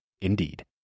Indeed